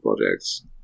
projects